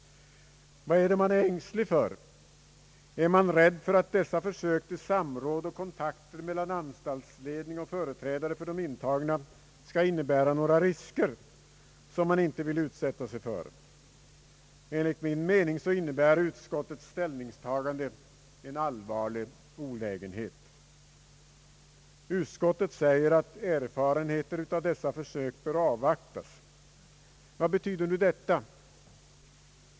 Vad är man ängslig för? Är man rädd för att dessa försök till samråd och kontakter mellan anstaltsledning och företrädare för de intagna skall innebära några risker som man inte vill utsätta sig för? Enligt min mening innebär utskottets ställningstagande en allvarlig olägenhet. Utskottet säger att erfarenheter av dessa försök bör avvaktas. Vad betyder nu detta?